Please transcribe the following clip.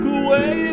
away